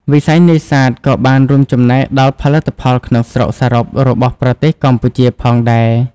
វិស័យនេសាទក៏បានរួមចំណែកដល់ផលិតផលក្នុងស្រុកសរុបរបស់ប្រទេសកម្ពុជាផងដែរ។